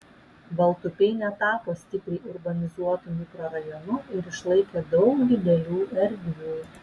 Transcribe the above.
baltupiai netapo stipriai urbanizuotu mikrorajonu ir išlaikė daug didelių erdvių